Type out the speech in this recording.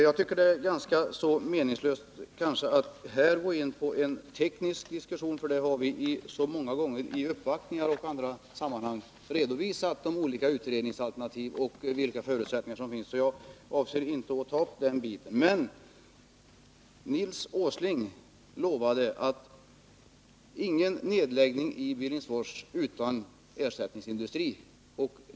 Jag tycker det är ganska meningslöst att här gå in på en teknisk diskussion, för vi har så många gånger vid uppvaktningar och i andra sammanhang redovisat de olika utredningsalternativ och förutsättningar som finns. Jag avser alltså inte att nu ta upp den diskussionen. Men Nils G. Åsling lovade: ingen nedläggning i Billingsfors utan ersättningsindustri.